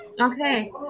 Okay